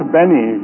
Benny